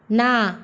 না